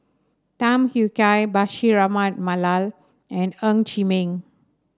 Tham Yui Kai Bashir Ahmad Mallal and Ng Chee Meng